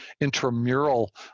intramural